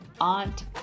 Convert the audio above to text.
aunt